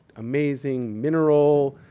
amazing, mineral,